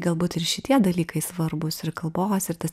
galbūt ir šitie dalykai svarbūs ir kalbovas ir tas